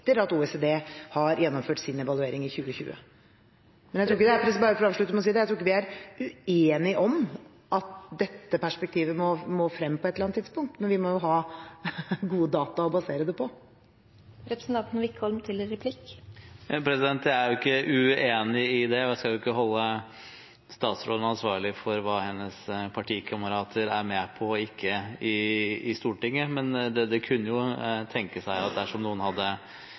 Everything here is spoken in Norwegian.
etter at OECD har gjennomført sin evaluering i 2020. Så for å avslutte: Jeg tror ikke vi er uenige om at dette perspektivet må frem på et eller annet tidspunkt, men vi må ha gode data å basere det på. Jeg er ikke uenig i det, og jeg skal ikke holde statsråden ansvarlig for hva hennes partikamerater er med på, og ikke, i Stortinget, men en kunne jo tenke seg at dersom noen hadde